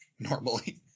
Normally